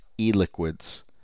e-liquids